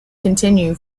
continue